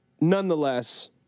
nonetheless